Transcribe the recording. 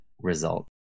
result